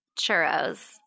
churros